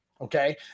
okay